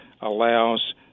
allows